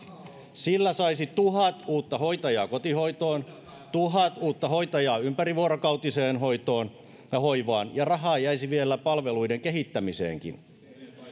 sillä saisi tuhat uutta hoitajaa kotihoitoon tuhat uutta hoitajaa ympärivuorokautiseen hoitoon ja hoivaan ja rahaa jäisi vielä palveluiden kehittämiseenkin